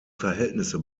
verhältnisse